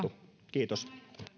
kiitos